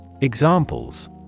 Examples